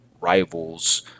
rivals